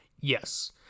Yes